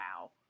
wow